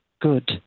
good